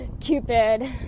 Cupid